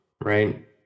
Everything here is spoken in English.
right